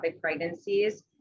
pregnancies